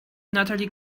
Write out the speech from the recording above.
natalie